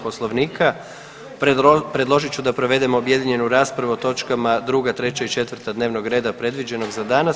Poslovnika predložit ću da provedemo objedinjenu raspravu o točkama 2., 3. i 4. dnevnog reda predviđenog za danas.